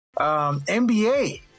NBA